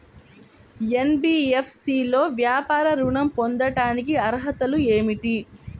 NBFC లో వ్యాపార ఋణం పొందటానికి అర్హతలు ఏమిటీ?